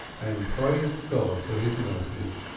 and praised god for his mercies.